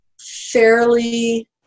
fairly